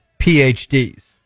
PhDs